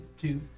two